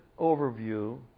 overview